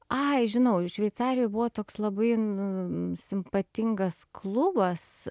ai žinau šveicarijoj buvo toks labai nu simpatingas klubas